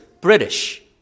British